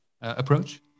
approach